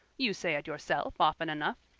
you say it yourself often enough.